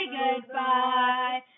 goodbye